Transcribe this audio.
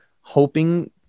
hoping